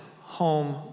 home